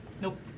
Nope